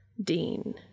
Dean